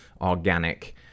organic